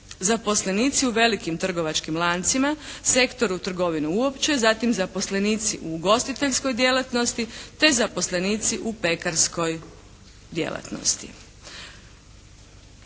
zaposlenici u velikim trgovačkim lancima, sektoru trgovine uopće, zatim zaposlenici u ugostiteljskog djelatnosti te zaposlenici u pekarskoj djelatnosti.